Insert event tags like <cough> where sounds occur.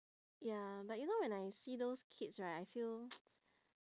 ya but you know when I see those kids right I feel <noise>